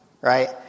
Right